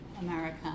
America